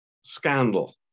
scandal